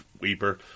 weeper